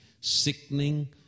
Sickening